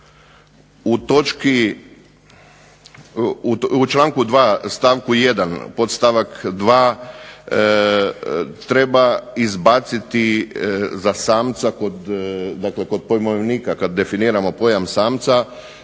u članku 2. stavku 1. podstavak 2. treba izbaciti za samca dakle kod pojmovnika, kad definiramo pojam samca,